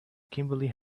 kimberly